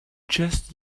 just